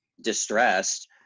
distressed